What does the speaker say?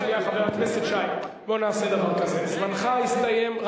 חבר הכנסת שי, בוא נעשה דבר כזה: זמנך הסתיים.